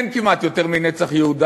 אין כמעט יותר מ"נצח יהודה".